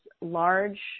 large